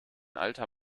alter